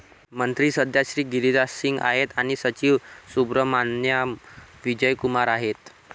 मंत्री सध्या श्री गिरिराज सिंग आहेत आणि सचिव सुब्रहमान्याम विजय कुमार आहेत